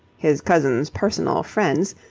his cousin's personal friends,